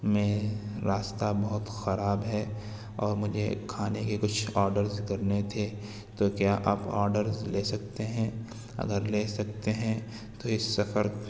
میں راستہ بہت خراب ہے اور مجھے کھانے کے کچھ آرڈرز کرنے تھے تو کیا آپ آرڈر لے سکتے ہیں اگر لے سکتے ہیں تو اِس سفر